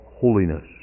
holiness